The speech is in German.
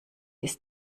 ist